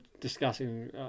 discussing